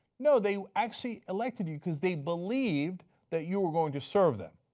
no, they actually elected you because they believed that you were going to serve them.